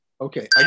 Okay